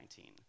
2019